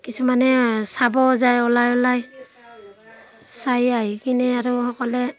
কিছুমানে চাবও যাই ওলাই ওলাই চাই আহি কিনে আৰু সকলোৱে